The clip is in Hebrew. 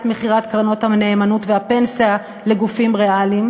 מכירת קרנות הנאמנות והפנסיה לגופים ריאליים,